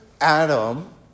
Adam